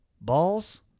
balls